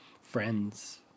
friends